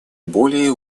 более